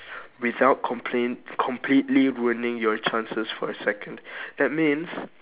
without comple~ completely ruining your chances for a second that means